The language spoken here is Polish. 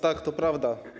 Tak, to prawda.